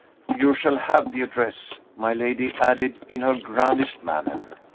you shall have the address, my lady added in her grandest manner.